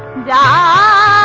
da